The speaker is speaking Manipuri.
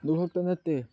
ꯑꯗꯨꯈꯛꯇ ꯅꯠꯇꯦ